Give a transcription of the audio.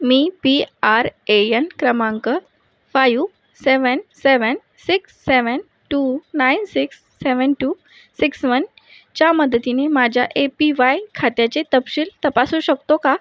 me P R A N क्रमांक five seven seven six seven two nine six seven two six वनच्या मदतीने माझ्या A P Y खात्याचे तपशील तपासू शकतो का